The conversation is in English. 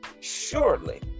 surely